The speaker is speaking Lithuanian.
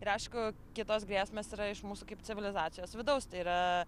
ir aišku kitos grėsmės yra iš mūsų kaip civilizacijos vidaus tai yra